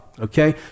Okay